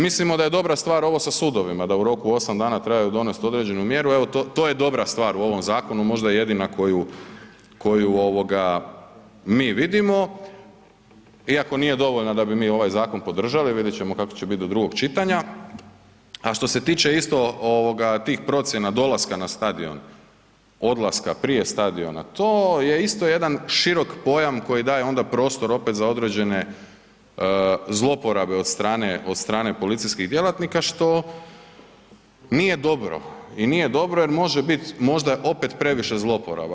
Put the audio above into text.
Mislimo da je dobra stvar ovo sa sudovima da u roku 8 dana trebaju donest određenu mjeru, evo to, to je dobra stvar u ovom zakonu, možda jedina koju, koju ovoga mi vidimo iako nije dovoljna da bi mi ovaj zakon podržali, vidit ćemo kako će bit do drugog čitanja, a što se tiče isto ovoga tih procjena dolaska na stadion, odlaska prije stadiona, to je isto jedan širok pojam koji daje onda prostor opet za određene zlouporabe od strane, od strane policijskih djelatnika, što nije dobro i nije dobro jer može bit možda opet previše zlouporaba.